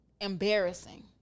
Embarrassing